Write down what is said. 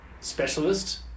specialist